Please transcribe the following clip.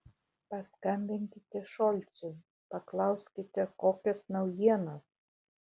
paskambinkite šolcui paklauskite kokios naujienos